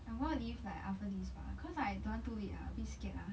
I'm going to leave like after this 吧 because I don't want too late ah I a bit scared ah